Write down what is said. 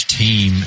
team